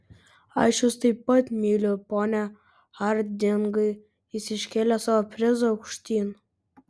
aš jus taip pat myliu pone hardingai jis iškėlė savo prizą aukštyn